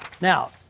Now